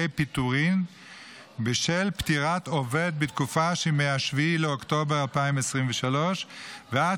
פיטורים בשל פטירת עובד בתקופה שמ-7 באוקטובר 2023 ועד